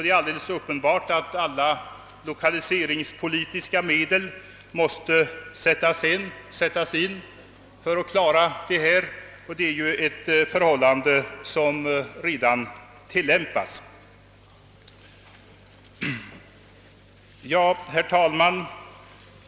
Det är alldeles uppenbart att alla lokaliseringspolitiska medel måste sättas in för att klara situationen, och det har man ju redan gått in för. Herr talman!